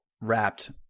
wrapped